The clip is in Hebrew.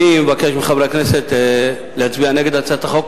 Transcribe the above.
אני מבקש מחברי הכנסת להצביע נגד הצעת החוק,